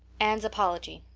anne's apology